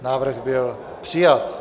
Návrh byl přijat.